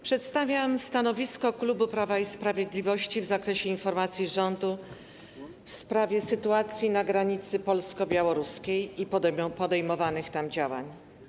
Przedstawiam stanowisko klubu Prawa i Sprawiedliwości w zakresie informacji rządu w sprawie sytuacji na granicy polsko-białoruskiej i podejmowanych tam działań.